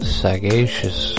sagacious